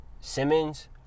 Simmons